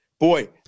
Boy